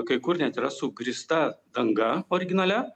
kai kur net yra su grįsta danga originalia